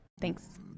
Thanks